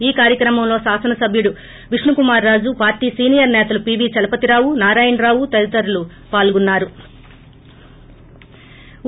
ఈ కార్యక్రమంలో కాసనసభ్యుడు విష్ణుకుమార్ రాజు పార్లీ సీనియర్ సేతలు పివి చలపతిరావు నారాయణరావు తదితరులు పాల్గొన్నారు